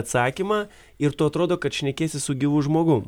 atsakymą ir tu atrodo kad šnekiesi su gyvu žmogum